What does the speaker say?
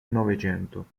novecento